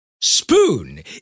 Spoon